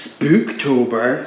Spooktober